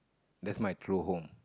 that's my true home